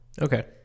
Okay